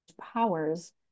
powers